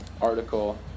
article